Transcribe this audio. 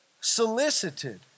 solicited